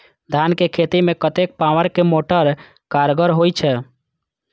धान के खेती में कतेक पावर के मोटर कारगर होई छै?